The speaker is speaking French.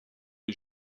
est